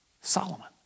Solomon